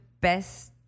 best